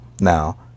Now